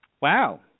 Wow